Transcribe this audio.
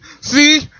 See